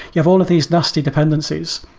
you have all of these nasty dependencies.